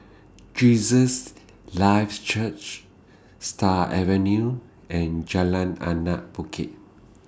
Jesus Lives Church Stars Avenue and Jalan Anak Bukit